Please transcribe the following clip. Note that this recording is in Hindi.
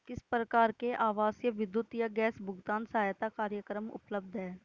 किस प्रकार के आवासीय विद्युत या गैस भुगतान सहायता कार्यक्रम उपलब्ध हैं?